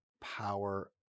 power